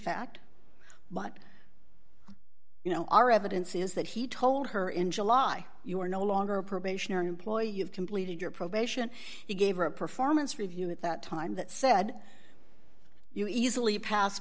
fact but you know our evidence is that he told her in july you are no longer a probationary employee you've completed your probation he gave her a performance review at that time that said you easily pass